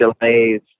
delays